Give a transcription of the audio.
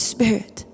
Spirit